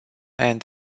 and